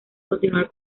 continuar